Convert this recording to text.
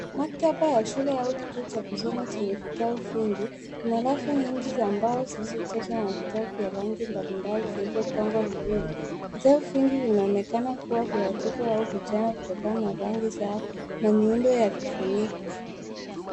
Maktaba ya shule au kituo cha kusoma chenye vitabu vingi. Kuna rafu nyingi za mbao zilizojazwa na vitabu vya rangi mbalimbali vilivyopangwa vizuri. Vitabu vingi vinaonekana kuwa vya watoto au vijana kutokana rangi zao na miundo ya vifuniko.